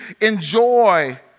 enjoy